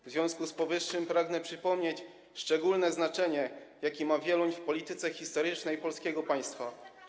W związku z powyższym pragnę przypomnieć szczególne znaczenie, jakie ma Wieluń w polityce historycznej polskiego państwa.